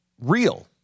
real